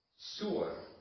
sewer